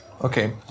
okay